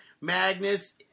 Magnus